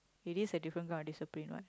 it is a different kind of discipline what